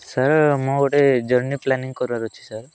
sir ମୁଁ ଗୋଟେ journey planning କରିବାର ଅଛି ସାର୍